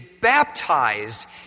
baptized